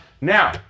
Now